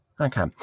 Okay